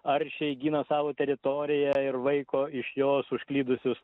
aršiai gina savo teritoriją ir vaiko iš jos užklydusius